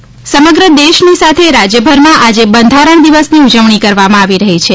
બંધારણ દિવસ સમગ્ર દેશની સાથે રાજ્યભરમાં આજે બંધારણ દિવસની ઉજવણી કરવામાં આવી રહી છે